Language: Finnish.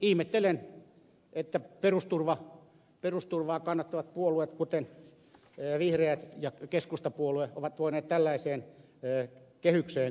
ihmettelen että perusturvaa kannattavat puolueet kuten vihreät ja keskustapuolue ovat voineet tällaiseen kehykseen suostua